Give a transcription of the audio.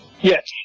Yes